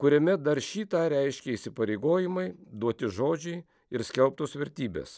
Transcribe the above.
kuriame dar šį tą reiškia įsipareigojimai duoti žodžiai ir skelbtos vertybės